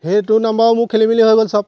সেইটো নাম্বাৰো মোৰ খেলিমেলি হৈ গ'ল চব